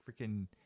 Freaking